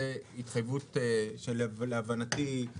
זו התחייבות שלהבנתי משרד האנרגיה.